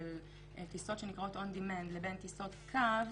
של טיסות שנקראות On Demand לבין טיסות קו,